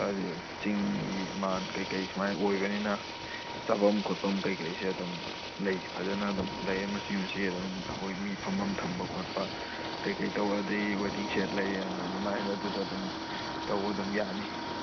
ꯍꯥꯏꯗꯤ ꯆꯤꯡꯒꯤ ꯃꯥꯟ ꯀꯩꯀꯩ ꯁꯨꯃꯥꯏꯅ ꯑꯣꯏꯕꯅꯤꯅ ꯆꯥꯐꯝ ꯈꯣꯠꯐꯝ ꯀꯩꯀꯩꯁꯦ ꯑꯗꯨꯝ ꯂꯩ ꯐꯖꯅ ꯑꯗꯨꯝ ꯂꯩ ꯃꯆꯤ ꯃꯆꯤ ꯑꯗꯨꯝ ꯑꯩꯈꯣꯏ ꯃꯤ ꯐꯝꯐꯝ ꯊꯝꯕ ꯈꯣꯠꯄ ꯀꯩꯀꯩ ꯇꯧꯕ ꯑꯗꯒꯤ ꯋꯦꯇꯤꯡ ꯁꯦꯠ ꯂꯩ ꯑꯗꯣ ꯑꯗꯨꯃꯥꯏ ꯑꯗꯨꯗ ꯑꯗꯨꯝ ꯇꯧꯕ ꯑꯗꯨꯝ ꯌꯥꯅꯤ